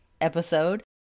episode